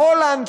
בהולנד,